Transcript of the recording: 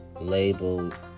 labeled